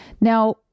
Now